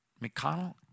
McConnell